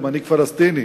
הוא מנהיג פלסטיני.